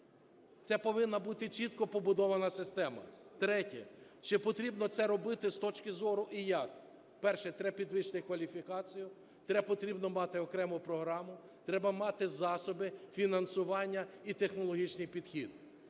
Це повинно бути чітко побудована система. Третє. Чи потрібно це робити з точки зору і як? Перше. Треба підвищити кваліфікацію потрібно мати окрему програму, треба мати засоби, фінансування і технологічний підхід.